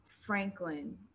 Franklin